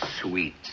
sweet